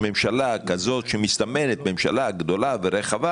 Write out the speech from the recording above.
בגלל ראש ממשלה עתידי שכל כך חושש,